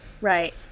right